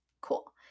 cool